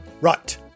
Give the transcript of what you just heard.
Right